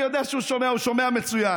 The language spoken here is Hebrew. אני יודע שהוא שומע, הוא שומע מצוין.